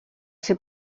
ser